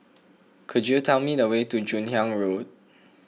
could you tell me the way to Joon Hiang Road